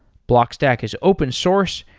blockstack is open source,